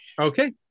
Okay